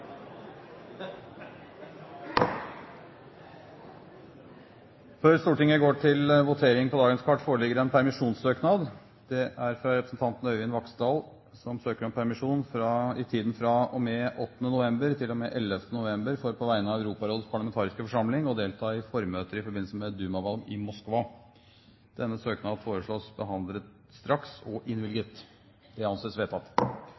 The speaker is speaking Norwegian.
Før Stortinget går til votering, vil presidenten meddele at det fra representanten Øyvind Vaksdal foreligger en søknad om permisjon i tiden fra og med 8. november til og med 11. november for, på vegne av Europarådets parlamentariske forsamling, å delta i formøter i forbindelse med Duma-valg i Moskva. Etter forslag fra presidenten ble enstemmig besluttet: Søknaden behandles straks og